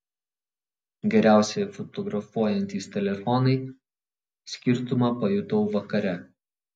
geriausiai fotografuojantys telefonai skirtumą pajutau vakare